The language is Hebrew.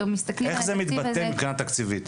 איך זה מתבטא מבחינה תקציבית?